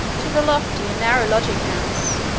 to the lofty and narrow lodging-house,